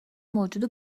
موجود